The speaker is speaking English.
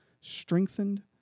strengthened